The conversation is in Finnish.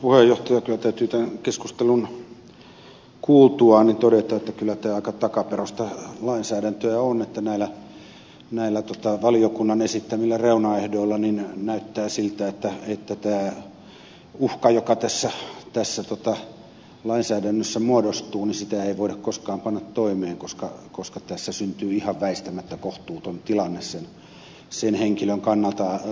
kyllä täytyy tämän keskustelun kuultuaan todeta että kyllä tämä aika takaperoista lainsäädäntöä on että näillä valiokunnan esittämillä reunaehdoilla näyttää siltä että tätä uhkaa joka tässä lainsäädännössä muodostuu ei voida koskaan panna toimeen koska tässä syntyy ihan väistämättä kohtuuton tilanne sen henkilön kannalta